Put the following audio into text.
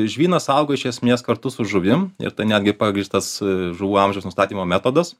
žvynas augo iš esmės kartu su žuvim ir tai netgi pagrįstas žuvų amžiaus nustatymo metodas